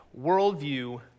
Worldview